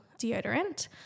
deodorant